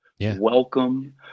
welcome